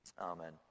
Amen